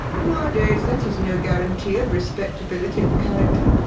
nowadays that is no guarantee of respectability of character.